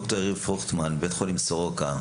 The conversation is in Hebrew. ד"ר יריב פרוכטמן מבית חולים סורוקה,